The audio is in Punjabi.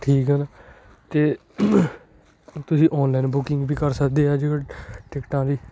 ਠੀਕ ਆ ਨਾ ਅਤੇ ਤੁਸੀਂ ਔਨਲਾਈਨ ਬੁਕਿੰਗ ਵੀ ਕਰ ਸਕਦੇ ਆ ਜੀ ਟਿਕਟਾਂ ਦੀ